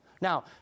Now